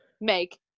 make